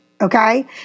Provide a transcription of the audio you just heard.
okay